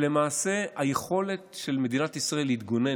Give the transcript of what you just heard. למעשה היכולת של מדינת ישראל להתגונן